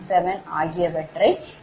217 ஆகியவற்றை இங்கு குறிப்பிடுகிறேன்